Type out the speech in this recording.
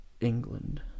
England